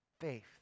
Faith